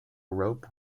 rope